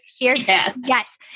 Yes